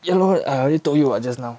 ya lor I already told you [what] just now